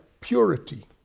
purity